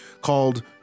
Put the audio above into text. called